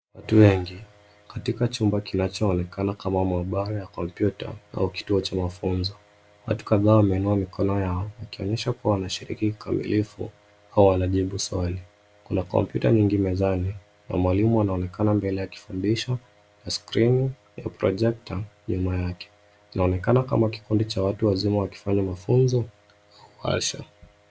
Watu wengi katika chumba kinachoonekana kama maabara ya kompyuta au kituo cha mafunzo. Watu kadhaa wameinua mikono yao wakionyesha kuwa wanashiriki kikamilifu au wanajibu swali. Kuna kompyuta mingi mezani na mwalimu anaonekana mbele akifundisha na skrini ya projekta nyuma yake. Inaonekana kama kikundi cha watu wazima wakifanya mafunzo au warsha.